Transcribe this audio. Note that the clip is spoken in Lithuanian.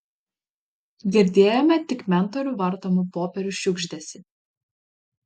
girdėjome tik mentorių vartomų popierių šiugždesį